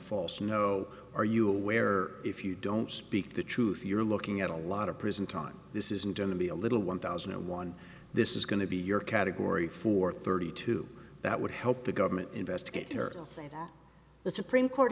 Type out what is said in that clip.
false you know are you aware if you don't speak the truth you're looking at a lot of prison time this isn't going to be a little one thousand and one this is going to be your category four thirty two that would help the government investigator will say that the supreme court